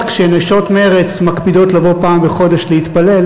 כשנשות מרצ מקפידות לבוא פעם בחודש להתפלל.